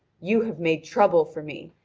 you have made trouble for me,